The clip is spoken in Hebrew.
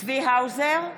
צבי האוזר,